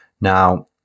Now